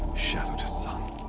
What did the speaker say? shadow to sun.